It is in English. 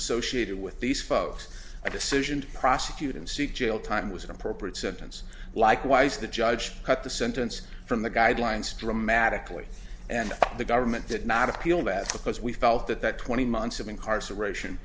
associated with these folks i decision to prosecute and seek jail time was an appropriate sentence likewise the judge cut the sentence from the guidelines dramatically and the government did not appeal that because we felt that that twenty months of incarceration